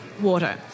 water